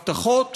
הבטחות,